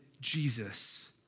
Jesus